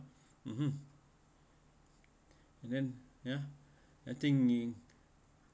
(uh huh) and then ya I think